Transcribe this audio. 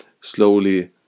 slowly